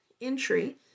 entry